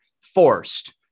forced